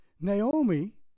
Naomi